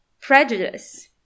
prejudice